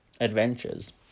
adventures